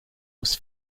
was